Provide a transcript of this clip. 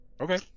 Okay